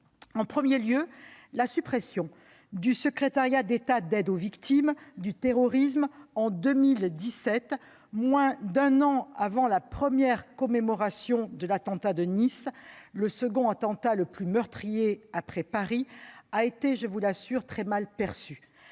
en premier lieu, au secrétariat d'État d'aide aux victimes du terrorisme, dont la suppression, en 2017, moins d'un an avant la première commémoration de l'attentat de Nice- le second attentat le plus meurtrier après ceux de Paris -a été, je vous l'assure, très mal perçue.